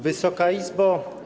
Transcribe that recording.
Wysoka Izbo!